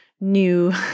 new